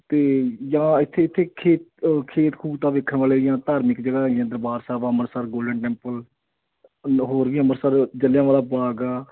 ਤੇ ਜਾਂ ਇੱਥੇ ਇੱਥੇ ਖੇ ਖੇਤ ਖੂਤ ਆ ਵੇਖਣ ਵਾਲੇ ਜਾਂ ਧਾਰਮਿਕ ਜਗ੍ਹਾ ਆ ਜਿੱਦਾਂ ਦਰਬਾਰ ਸਾਹਿਬ ਅੰਮ੍ਰਿਤਸਰ ਗੋਲਡਨ ਟੈਂਪਲ ਲ ਹੋਰ ਵੀ ਅੰਮ੍ਰਿਤਸਰ ਜਲ੍ਹਿਆਂਵਾਲਾ ਬਾਗ